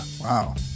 Wow